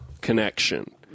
connection